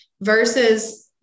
versus